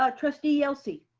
ah trustee yelsey.